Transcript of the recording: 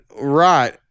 right